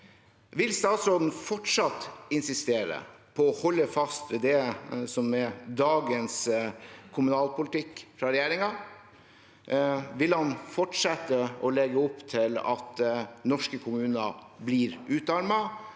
Vil statsråden fortsatt insistere på å holde fast ved det som er dagens kommunalpolitikk fra regjeringen? Vil han fortsette å legge opp til at norske kommuner blir utarmet,